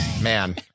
Man